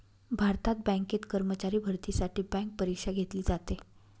भारतात बँकेत कर्मचारी भरतीसाठी बँक परीक्षा घेतली जाते